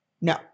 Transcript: No